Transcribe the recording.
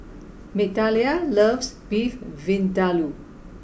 Migdalia loves Beef Vindaloo